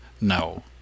No